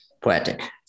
poetic